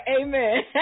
amen